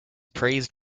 praised